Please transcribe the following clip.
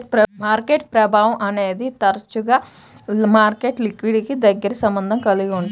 market ప్రభావం అనేది తరచుగా మార్కెట్ లిక్విడిటీకి దగ్గరి సంబంధం కలిగి ఉంటుంది